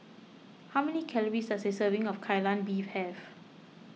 how many calories does a serving of Kai Lan Beef have